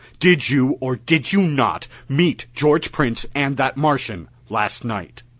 did you or did you not meet george prince and that martian, last night?